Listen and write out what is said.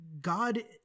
God